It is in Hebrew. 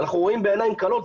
אנחנו רואים בעיניים כלות,